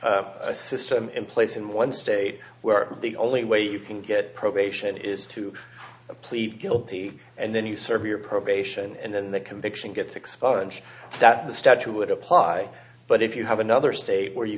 have a system in place in one state where the only way you can get probation is to plead guilty and then you serve your probation and then the conviction gets expunged that the statue would apply but if you have another state where you